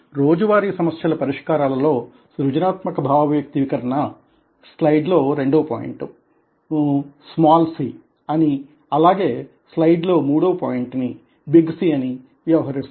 రోజువారీ సమస్యల పరిష్కారాలలో సౄజనాత్మక భావ వ్యక్తీకరణ స్లైడ్లో 2వ పోయింట్ స్మాల్ c అనీ అలాగే స్లైడ్లో 3వ పోయింట్ ని బిగ్ C అనీ వ్యవహరిస్తారు